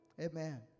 Amen